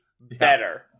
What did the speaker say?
better